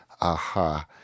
aha